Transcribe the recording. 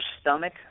stomach